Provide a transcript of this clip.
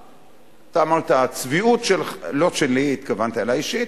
אתה אמרת: הצביעות, לא שלי, לא התכוונת אלי אישית.